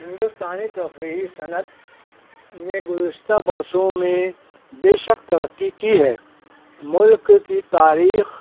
ہندوستانی تفریحی صنعت نے گزشتہ برسوں میں بے شک ترقی کی ہے ملک کی تاریخ